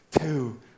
two